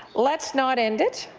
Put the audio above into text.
let's not end it.